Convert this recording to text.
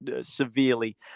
severely